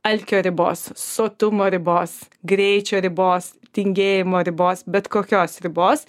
alkio ribos sotumo ribos greičio ribos tingėjimo ribos bet kokios ribos